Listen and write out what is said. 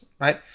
right